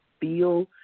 feel